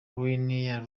linear